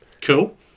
Cool